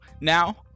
Now